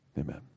Amen